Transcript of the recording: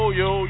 yo